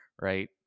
right